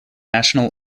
national